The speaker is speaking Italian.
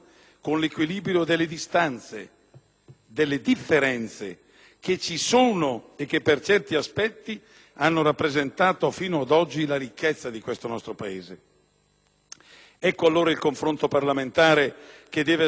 delle differenze che ci sono e che, per certi aspetti, hanno rappresentato fino ad oggi la ricchezza di questo nostro Paese. Ecco allora che il confronto parlamentare deve assicurare il più ampio consenso possibile,